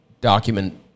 Document